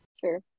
sure